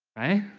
right?